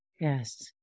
Yes